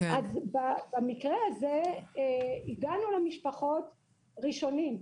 במקרה הזה הגענו למשפחות ראשונים.